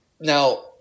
Now